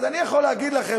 אז אני יכול להגיד לכם,